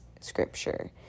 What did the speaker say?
scripture